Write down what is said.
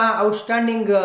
outstanding